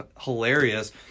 hilarious